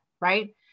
right